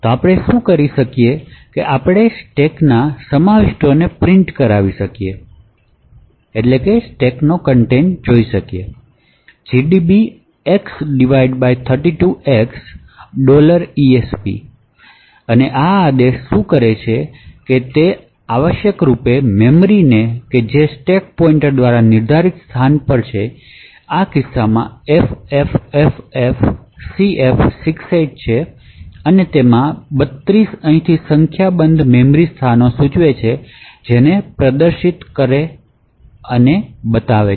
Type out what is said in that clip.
તો આપણે શું કરી શકીએ કે આપણે સ્ટેકનાં સમાવિષ્ટોને પ્રિન્ટ કરાવી શકીએ છીએ gdb x 32x esp અને આ આદેશ શું કરે છે તે છે કે તે આવશ્યકરૂપે મેમરીને કે જે સ્ટેક પોઇન્ટર દ્વારા નિર્ધારિત સ્થાન પર જે આ કિસ્સામાં ffffcf68 છે અને આ 32 અહીંથી સંખ્યાબંધ મેમરી સ્થાનો સૂચવે છે જેને પ્રદર્શિત કરવાની જરૂર છે તેને બતાવે છે